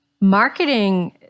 marketing